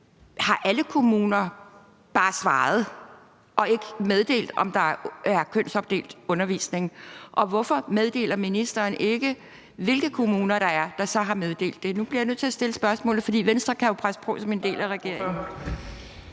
bare har givet deres svar uden at meddele, om der er kønsopdelt undervisning, og jeg vil også gerne høre, hvorfor ministeren ikke meddeler, hvilke kommuner det er, der så har meddelt det. Nu bliver jeg nødt til at stille spørgsmålet her, for Venstre kan jo presse på som en del af regeringen.